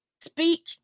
Speak